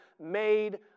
made